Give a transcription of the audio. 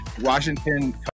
Washington